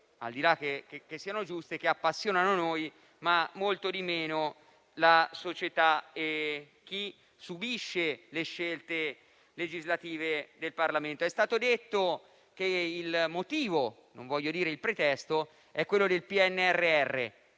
del fatto che siano giuste - appassionano noi, ma molto di meno la società e chi subisce le scelte legislative del Parlamento. È stato detto che il motivo - non voglio dire il pretesto - è quello del PNRR,